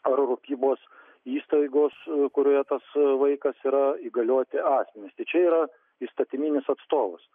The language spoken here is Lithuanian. ar rūpybos įstaigos kurioje tas vaikas yra įgalioti asmenys tai čia yra įstatyminis atstovus